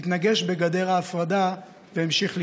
התנגש בגדר ההפרדה והמשיך להידרדר.